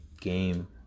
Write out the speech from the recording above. game